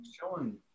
showing